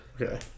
Okay